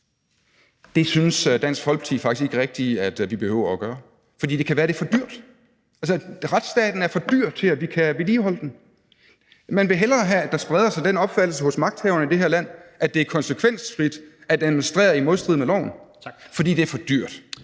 synes Dansk Folkeparti ikke rigtig at vi behøver at gøre, fordi det kan være, at det er for dyrt. Altså, retsstaten er for dyr, til at man kan vedligeholde den. Man vil hellere have, at der spreder sig den opfattelse hos magthaverne i det her land, at det er konsekvensfrit at administrere i modstrid med loven. For det andet er for dyrt.